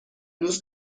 دوست